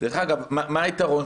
רוב נגד, אין